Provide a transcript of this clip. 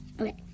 Okay